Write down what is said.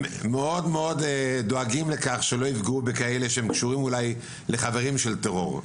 מאוד דואגים לכך שלא יפגעו בכאלה שהם קשורים אולי לחברים של טרור?